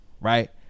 Right